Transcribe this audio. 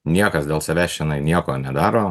niekas dėl savęs čionai nieko nedaro